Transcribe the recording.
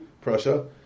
Prussia